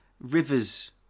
Rivers